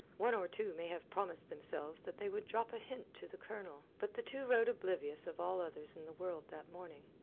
one or two may have promised themselves that they would drop a hint to the colonel. but the two rode oblivious of all others in the world that morning.